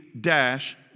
dash